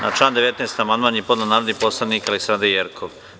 Na član 19. amandman je podneo narodni poslanik Aleksandra Jerkov.